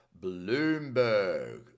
Bloomberg